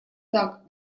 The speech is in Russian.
так